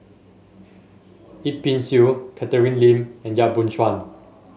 Yip Pin Xiu Catherine Lim and Yap Boon Chuan